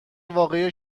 واقعی